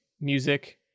music